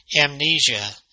amnesia